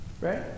Right